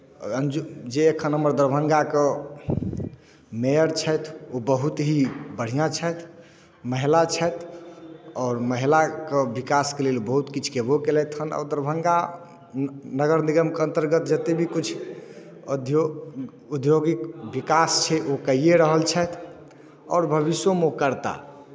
जे एखन हमर दरभंगाके मेयर छथि ओ बहुत ही बढ़िआँ छथि महिला छथि आओर महिलाके विकासके लेल बहुत किछ केबो केलथि हेँ आओर दरभंगा न नगर निगमके अन्तर्गत जतेक भी किछु अध्यो औद्योगिक विकास छै ओ कैए रहल छथि आओर भविष्योमे ओ करताह